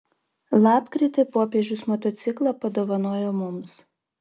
lapkritį popiežius motociklą padovanojo mums